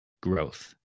growth